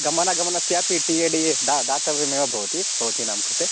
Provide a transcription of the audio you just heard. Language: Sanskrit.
गमनागमनस्यापि टिए डिए दा दातव्यमेव भवति भवतीनां कृते